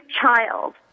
child